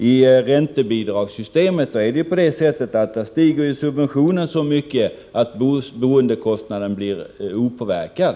I räntebidragssystemet stiger subventionen så mycket att boendekostnaden förblir opåverkad.